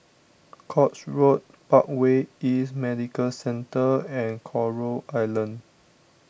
Court Road Parkway East Medical Centre and Coral Island